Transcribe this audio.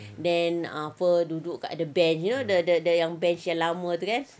then apa duduk kat the bench you know the the the bench yang lama tu kan